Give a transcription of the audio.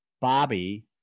Bobby